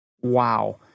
Wow